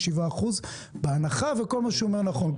57%. בהנחה וכל מה שהוא אומר נכון,